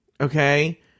okay